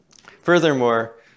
Furthermore